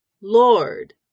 Lord